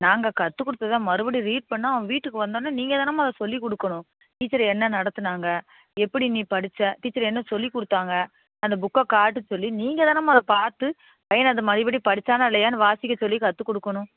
நாங்கள் கற்றுக் கொடுத்தத மறுபடியும் ரீட் பண்ணிணா அவங்க வீட்டுக்கு வந்தவொடன்னே நீங்கள் தானேம்மா அதை சொல்லிக் கொடுக்கணும் டீச்சர் என்ன நடத்தினாங்க எப்படி நீ படித்த டீச்சர் என்ன சொல்லிக் கொடுத்தாங்க அந்த புக்கை காட்ட சொல்லி நீங்கள் தானேம்மா அதை பார்த்து பையனை அதை மறுபடி படித்தானா இல்லையானு வாசிக்க சொல்லி கற்றுக் கொடுக்கணும்